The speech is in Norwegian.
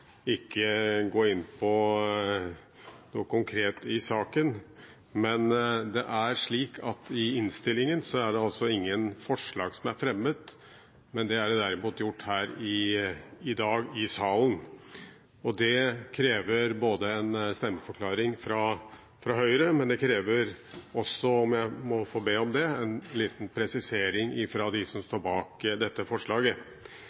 ikke gå inn på noe konkret i saken. Men det er slik at i innstillingen er det ingen forslag som er fremmet. Det er derimot gjort her i dag, i salen. Det krever en stemmeforklaring fra Høyre, men det krever også – om jeg må få be om det – en liten presisering fra dem som